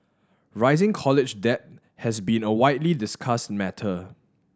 rising college debt has been a widely discussed matter